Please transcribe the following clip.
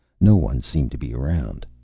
no one seemed to be around.